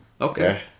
Okay